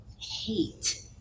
hate